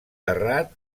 terrat